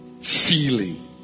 feeling